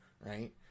right